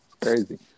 crazy